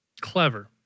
Clever